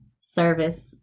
Service